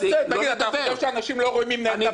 אתה חושב שאנשים לא רואים מי מנהל את הוועדה?